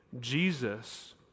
Jesus